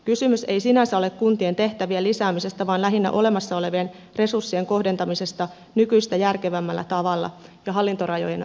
kysymys ei sinänsä ole kuntien tehtävien lisäämisestä vaan lähinnä olemassa olevien resurssien kohdentamisesta nykyistä järkevämmällä tavalla ja hallintorajojen ravistelusta